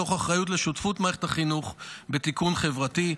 מתוך אחריות לשותפות מערכת החינוך בתיקון חברתי,